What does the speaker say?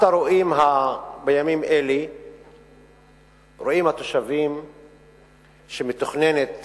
בימים אלה התושבים רואים שמתוכננת